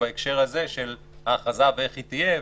בהקשר הזה של ההכרזה ואיך היא תהיה.